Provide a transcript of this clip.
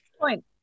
Point